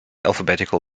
alphabetical